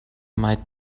might